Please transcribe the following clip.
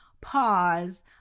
pause